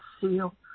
seal